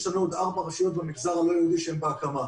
יש לנו עוד ארבע רשויות במגזר הלא-יהודי שהן בהקמה.